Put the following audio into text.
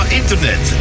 internet